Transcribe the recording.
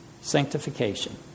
sanctification